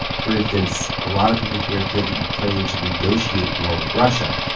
for instance, a lot of people here feel that ukraine should negotiate more with russia.